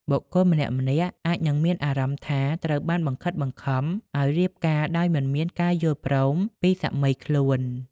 បុគ្គលម្នាក់ៗអាចនឹងមានអារម្មណ៍ថា ត្រូវបានបង្ខិតបង្ខំ ឱ្យរៀបការដោយមិនមានការយល់ព្រមពីសមីខ្លួន។